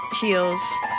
heels